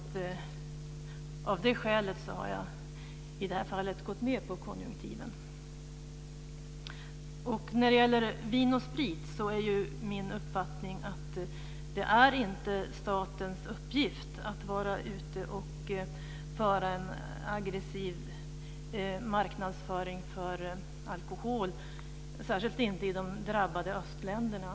Av det skälet har jag i det här fallet gått med på konjunktiven. När det gäller Vin & Sprit är min uppfattning att det inte är statens uppgift att vara ute och ha en aggressiv marknadsföring av alkohol, särskilt inte i de drabbade östländerna.